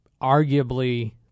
arguably